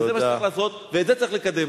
ואת זה צריך לקדם.